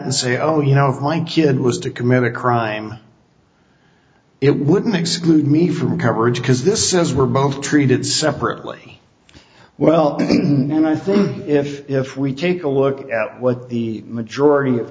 and say oh you know if my kid was to commit a crime it wouldn't exclude me from coverage because this is we're both treated separately well and i think if if we take a look at what the majority of